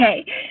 okay